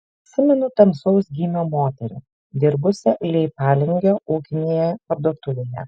prisimenu tamsaus gymio moterį dirbusią leipalingio ūkinėje parduotuvėje